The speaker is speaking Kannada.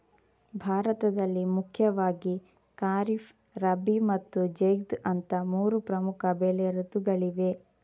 ಭಾರತದಲ್ಲಿ ಮುಖ್ಯವಾಗಿ ಖಾರಿಫ್, ರಬಿ ಮತ್ತು ಜೈದ್ ಅಂತ ಮೂರು ಪ್ರಮುಖ ಬೆಳೆ ಋತುಗಳಿವೆ